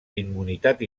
immunitat